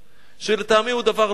דבר לא נכון.